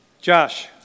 Josh